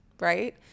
right